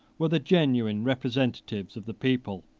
were the genuine representatives of the people,